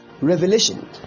Revelation